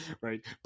Right